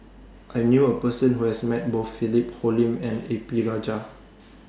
I knew A Person Who has Met Both Philip Hoalim and A P Rajah